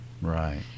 Right